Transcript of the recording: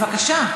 בבקשה.